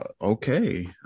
okay